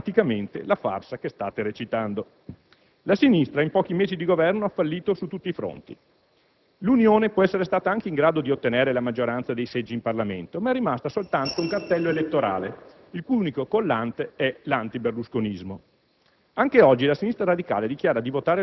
Nel frattempo è il Paese a pagare drammaticamente la farsa che state recitando. La sinistra in pochi mesi di Governo ha fallito su tutti i fronti. L'Unione può essere anche stata in grado di ottenere la maggioranza dei seggi in Parlamento, ma è rimasta soltanto un cartello elettorale, il cui unico collante è l'antiberlusconismo.